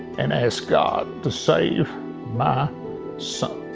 and asked god to save my son.